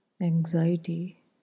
anxiety